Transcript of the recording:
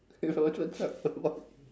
if a woodchuck chuck